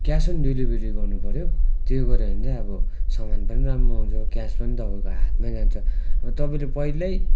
cash on delivery गर्नुपऱ्यो त्यो गऱ्यो भने चाहिँ अब सामान पनि राम्रो आउँछ तपाईँको क्यास पनि हातमै जान्छ र तपाईँले पहिल्यै